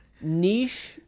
niche